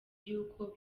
y’uko